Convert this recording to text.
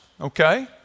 okay